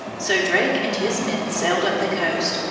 so drake and his men sailed up the coast,